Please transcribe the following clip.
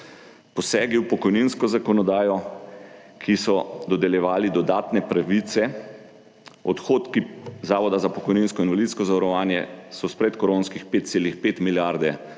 posegi v pokojninsko zakonodajo, ki so dodeljevali dodatne pravice, odhodki Zavoda za pokojninsko in invalidsko zavarovanje so s predkoronskih 5,5 milijarde